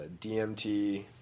DMT